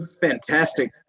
fantastic